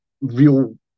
real